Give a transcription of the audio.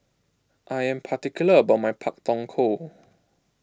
I am particular about my Pak Thong Ko